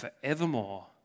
forevermore